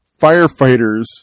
firefighters